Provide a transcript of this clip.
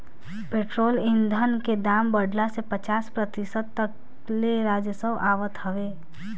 petrol ईधन के दाम बढ़ला से पचास प्रतिशत तक ले राजस्व आवत हवे